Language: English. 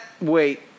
Wait